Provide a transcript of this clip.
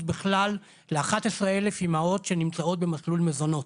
בכלל ל-11,000 אימהות שנמצאות במסלול מזונות.